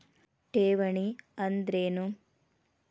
ಠೇವಣಿ ಅಂದ್ರೇನು?